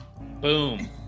Boom